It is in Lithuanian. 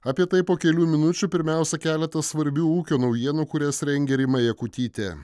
apie tai po kelių minučių pirmiausia keletas svarbių ūkio naujienų kurias rengė rima jakutytė